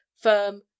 firm